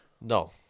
No